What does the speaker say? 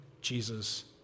Jesus